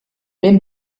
ben